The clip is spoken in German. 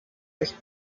durch